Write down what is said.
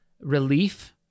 relief